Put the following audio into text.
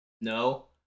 no